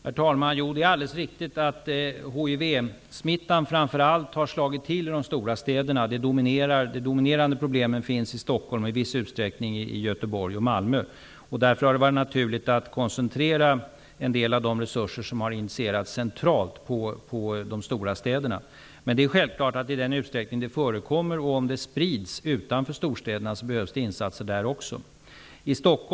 Herr talman! Jo, det är alldeles riktigt att hivsmittan framför allt har slagit till i de stora städerna. De dominerande problemen finns i Stockholm och i viss utsträckning i Göteborg och i Malmö. Det har därför varit naturligt att koncentrera en del av de centralt initierade resurserna på de stora städerna. Men det är självklart att i den utsträckning som hiv sprids utanför de stora städerna behövs det insatser också där.